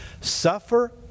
suffer